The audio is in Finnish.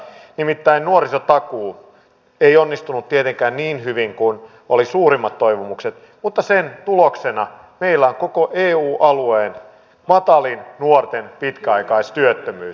nimittäin nuorisotakuu ei onnistunut tietenkään niin hyvin kuin oli suurimmat toivomukset mutta sen tuloksena meillä on koko eu alueen matalin nuorten pitkäaikaistyöttömyys